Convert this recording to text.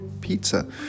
pizza